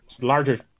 larger